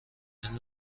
علم